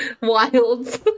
wilds